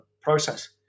process